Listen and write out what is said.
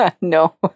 No